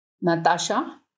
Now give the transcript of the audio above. Natasha